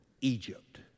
Egypt